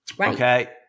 Okay